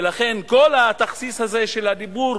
ולכן כל התכסיס הזה של הדיבור: